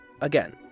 Again